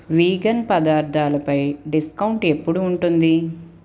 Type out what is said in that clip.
vegan పదార్థాలుపై discount ఎప్పుడు ఉంటుంది